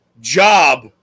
job